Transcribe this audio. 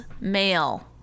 male